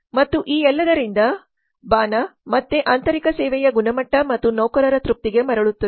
ಮತ್ತು ಈ ಎಲ್ಲದರಿಂದ ಬಾಣ ಮತ್ತೆ ಆಂತರಿಕ ಸೇವೆಯ ಗುಣಮಟ್ಟ ಮತ್ತು ನೌಕರರ ತೃಪ್ತಿಗೆ ಮರಳುತ್ತದೆ